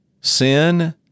sin